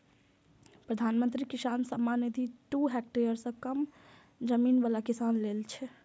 प्रधानमंत्री किसान सम्मान निधि दू हेक्टेयर सं कम जमीन बला किसान लेल छै